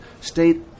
state